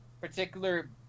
particular